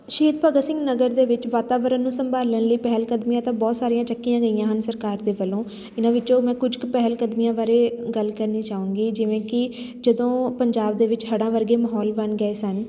ਸ਼ਹੀਦ ਭਗਤ ਸਿੰਘ ਨਗਰ ਦੇ ਵਿੱਚ ਵਾਤਾਵਰਨ ਨੂੰ ਸੰਭਾਲਣ ਲਈ ਪਹਿਲਕਦਮੀਆਂ ਤਾਂ ਬਹੁਤ ਸਾਰੀਆਂ ਚੱਕੀਆਂ ਗਈਆਂ ਹਨ ਸਰਕਾਰ ਦੇ ਵੱਲੋਂ ਇਹਨਾਂ ਵਿੱਚੋਂ ਮੈਂ ਕੁਝ ਕੁ ਪਹਿਲਕਦਮੀਆਂ ਬਾਰੇ ਗੱਲ ਕਰਨੀ ਚਾਹੂੰਗੀ ਜਿਵੇਂ ਕੀ ਜਦੋਂ ਪੰਜਾਬ ਦੇ ਵਿੱਚ ਹੜ੍ਹਾਂ ਵਰਗੇ ਮਾਹੌਲ ਬਣ ਗਏ ਸਨ